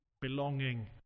belonging